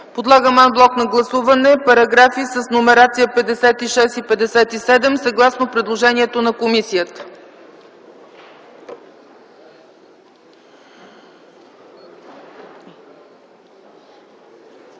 Подлагам ан блок на гласуване параграфи с номерация 56 и 57 съгласно предложението на комисията.